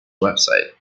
website